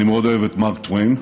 אני מאוד אוהב את מארק טוויין,